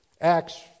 Acts